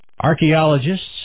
Archaeologists